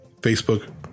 Facebook